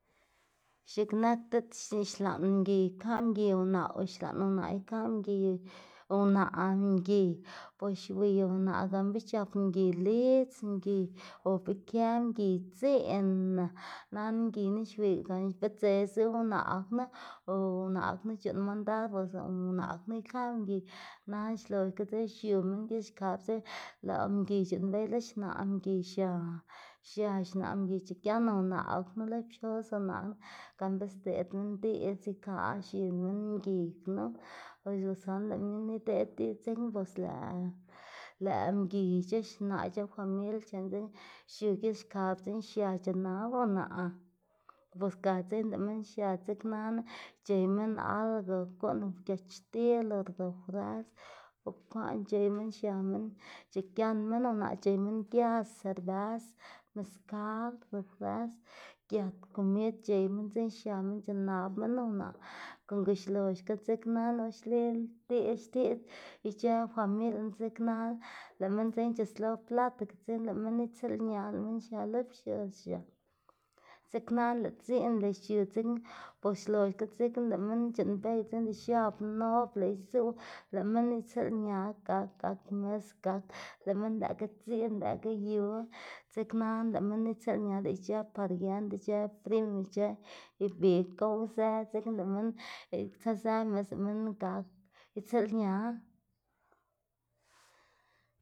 X̱iꞌk nak diꞌt xlan mgiy ikaꞌ mgiy unaꞌ o xlaꞌn unaꞌ ikaꞌ mgiy unaꞌ mgiy bos xwiyuna gan be c̲h̲ap mgiy lidz mgiy o be kë mgiy dziꞌnna nana mgiyna xwiy gan be dze zu unaꞌ knu o unaꞌ knu c̲h̲uꞌnn mandad bos lëꞌ unaꞌ knu ikaꞌ mgiy nana xloxga dzekna xiu minn gilkab dzekna lëꞌ mgiy c̲h̲uꞌnnbey lo xnaꞌ mgiy xia xia xnaꞌ mgiy c̲h̲igian unaꞌ or knu lëꞌ pxoz unaꞌ gan be xdeꞌd minn diꞌdz ikaꞌ x̱in mgiy knu o sunu lëꞌ minn ideꞌd diꞌdz dzekna bos lëꞌ lëꞌ mgiy ic̲h̲ë xnaꞌ ic̲h̲ë famil c̲h̲en dzekna xiu gilxkab dzekna xia c̲h̲inab unaꞌ bos ga dzekna lëꞌ minn dzeknana c̲h̲ey minn algo guꞌn nak giachtil o refresk bukwaꞌn c̲h̲ey minn xia minn c̲h̲igan minn unaꞌ c̲h̲ey minn gias, serbës, meskal, refresk, giat komid c̲h̲ey minn dzekna xia minn c̲h̲inab minn unaꞌ konga uloxga dzeknana xli xtiꞌdz ic̲h̲ë familia knu dzeknana lëꞌ minn c̲h̲uslo platica dzekna lëꞌ minn itsilña lëꞌ minn xia lo px̱oz xia dzeknana lëꞌ dziꞌn lëꞌ xiu dzekna bos xloxga dzekna lëꞌ minn c̲h̲uꞌnnbey lëꞌ x̱ab nob lëꞌ izuꞌw lëꞌ minn itsiꞌlña gak, gak mis gak lëꞌ minn lëꞌkga dziꞌn lëꞌkga yu dzeknana lëꞌ minn itsiꞌlña lëꞌ ic̲h̲ë pariend ic̲h̲ë primo ic̲h̲ë ibig gowzë dzekna lëꞌ minn tsazë mis lëꞌ minn gak itsiꞌlña.